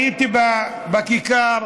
הייתי בכיכר,